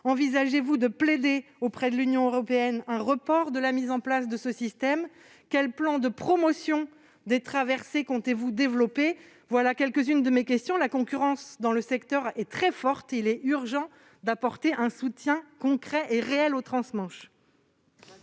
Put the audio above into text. Envisagez-vous de plaider auprès de l'Union européenne un report de la mise en place de ce système ? Quel plan de promotion des traversées comptez-vous développer ? Telles sont quelques-unes de mes questions, madame la ministre. La concurrence étant très forte dans ce secteur, il est urgent d'apporter un soutien concret et réel au trans-Manche.